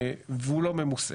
והעובד בישראל לא ממוסה.